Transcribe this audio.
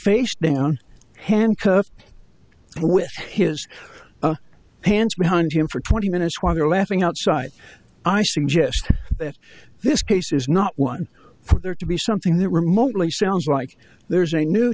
with his hands behind him for twenty minutes while they're laughing outside i suggest that this case is not one for there to be something that remotely sounds like there's a new